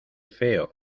feo